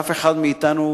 שאף אחד מאתנו,